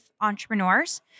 entrepreneurs